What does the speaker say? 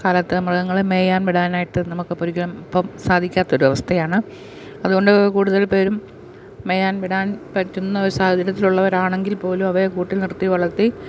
കാലത്ത് മൃഗങ്ങളെ മെയ്യാൻ വിടാനായിട്ട് നമുക്കിപ്പം ഒരിക്കലും ഇപ്പം സാധിക്കാത്ത ഒരു അവസ്ഥയാണ് അത്കൊണ്ട് കൂടുതൽ പേരും മെയ്യാൻ വിടാൻ പറ്റുന്ന ഒരു സാഹചര്യത്തിൽ ഉള്ളവരാണെങ്കിൽ പോലും അവയെ കൂട്ടിൽ നിർത്തി വളർത്തി